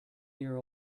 year